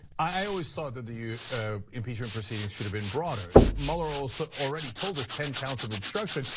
i always thought that the ah impeachment proceedings should have been broader. mueller ah so already told us ten counts of obstruction,